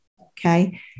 Okay